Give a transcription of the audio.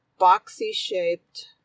boxy-shaped